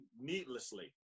needlessly